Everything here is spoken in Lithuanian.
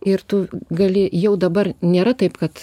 ir tu gali jau dabar nėra taip kad